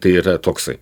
tai yra toksai